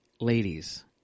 ladies